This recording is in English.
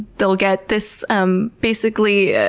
they'll get this, um basically, ah